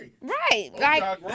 Right